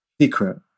secret